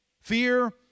fear